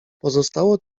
pozostało